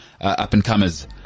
up-and-comers